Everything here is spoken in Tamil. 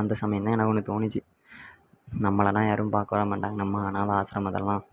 அந்த சமயம்தான் எனக்கு ஒன்று தோணுச்சு நம்மளெல்லாம் யாரும் பார்க்க வரமாட்டாங்க நம்ம அனாதை ஆஸ்ரமத்தில்தான்